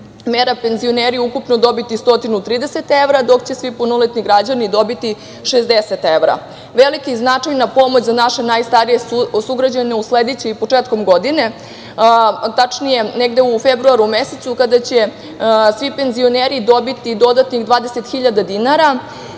mera penzioneri ukupno dobiti 130 evra, dok će svi punoletni građani dobiti 60 evra. Veliki značajna pomoć za naše najstarije sugrađane uslediće i početkom godine, tačnije negde u februaru mesecu kada će svi penzioneri dobiti dodatnih 20.000 dinara